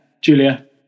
julia